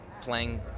playing